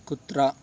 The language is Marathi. कुत्रा